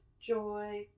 joy